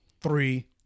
three